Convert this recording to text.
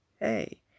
hey